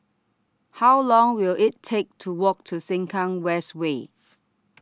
How Long Will IT Take to Walk to Sengkang West Way